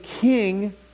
king